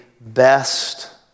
best